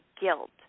guilt